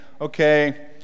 okay